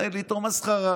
מנהלת איתו מסחרה.